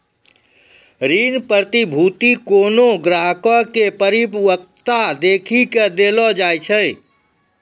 ऋण प्रतिभूती कोनो ग्राहको के परिपक्वता देखी के देलो जाय छै